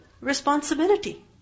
responsibility